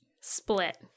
split